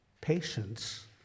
Patience